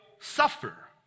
suffer